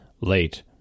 late